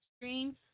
screen